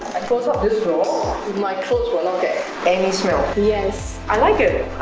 close up this door my clothes will not get any smell yes i like it. it.